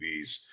tvs